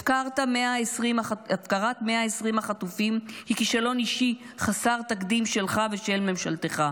הפקרת 120 החטופים היא כישלון אישי חסר תקדים שלך ושל ממשלתך.